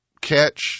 catch